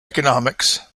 economics